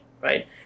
right